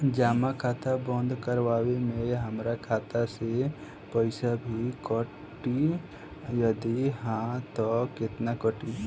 जमा खाता बंद करवावे मे हमरा खाता से पईसा भी कटी यदि हा त केतना कटी?